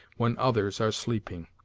when others are sleeping.